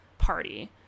party